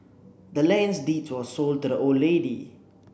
the land's deed was sold to the old lady